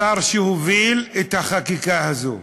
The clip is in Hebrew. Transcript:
השר שהוביל את החקיקה הזאת,